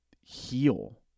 heal